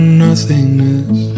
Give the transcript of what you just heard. nothingness